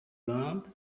learned